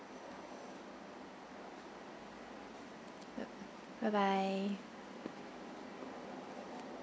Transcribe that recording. uh bye bye